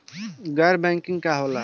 गैर बैंकिंग का होला?